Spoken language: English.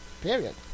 period